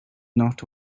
not